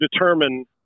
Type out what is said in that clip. determine